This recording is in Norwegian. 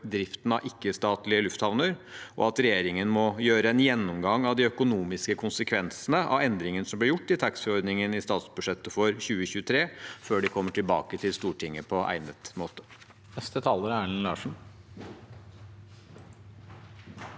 driften av ikke-statlige lufthavner, og at regjeringen må gjøre en gjennomgang av de økonomiske konsekvensene av endringen som ble gjort i taxfree-ordningen i statsbudsjettet for 2023, før de kommer tilbake til Stortinget på egnet måte.